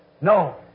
No